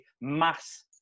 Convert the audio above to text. mass